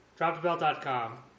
DroptheBelt.com